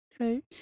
Okay